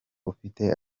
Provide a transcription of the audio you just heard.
ufite